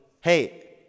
hey